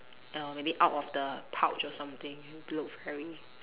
err maybe out of the pouch or something it'll look very